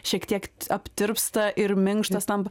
šiek tiek aptirpsta ir minkštas tampa